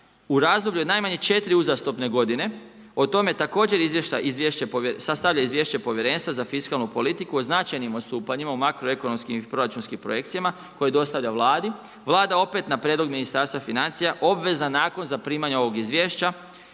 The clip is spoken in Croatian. u razdoblju od najmanje 4 uzastopne godine, o tome također sastavlja izvješće Povjerenstva za fiskalnu politiku o značajnim odstupanjima u makroekonomskim i proračunskim projekcijama koje dostavlja Vladi, Vlada opet na prijedlog Ministarstva financija obvezna je nakon zaprimanja ovog izvješća,